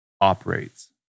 operates